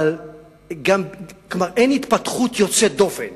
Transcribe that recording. אבל כבר אין התפתחות יוצאת דופן